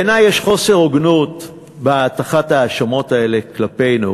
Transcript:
בעיני יש חוסר הוגנות בהטחת ההאשמות האלה כלפינו,